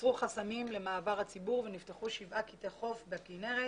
הוסרו חסמים למעבר הציבור ונפתחו שבעה קטעי חוף בכינרת